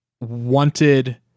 wanted